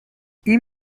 این